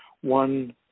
one